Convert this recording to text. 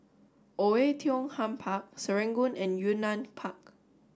Oei Tiong Ham Park Serangoon and Yunnan Park